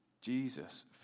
Jesus